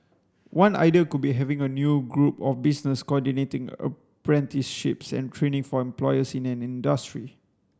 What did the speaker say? one idea could be having a new group of businesses coordinating apprenticeships and training for employers in an industry